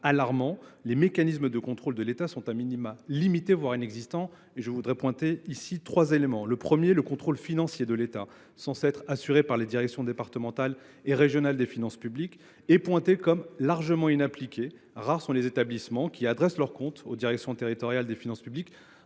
alarmant : les mécanismes de contrôle de l’État sont pour le moins limités, voire inexistants. J’évoquerai à ce titre les trois types de contrôle. Tout d’abord, le contrôle financier de l’État, censé être assuré par les directions départementales et régionales des finances publiques, est pointé du doigt, car il est largement inappliqué. Rares sont les établissements qui adressent leurs comptes aux directions territoriales des finances publiques